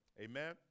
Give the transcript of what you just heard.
Amen